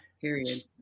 Period